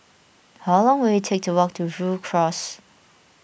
how long will it take to walk to Rhu Cross